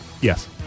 Yes